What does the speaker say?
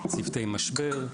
צוותי משבר,